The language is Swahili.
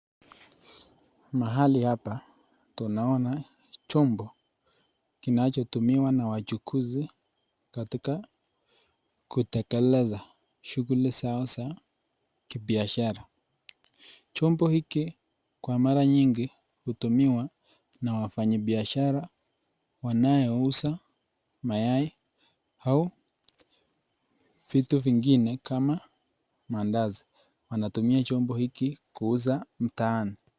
Mahali hapa tunaona chombo kinachotumiwa na wachukuzi katika kutekeleza shughuli zao za kibiashara, chombo hiki kwa mara nyingi hutumiwa na wafanyi biashara wanaouza mayai au, vitu vingine kama mandazi, wanatumia chombo hiki kuuza mtaani.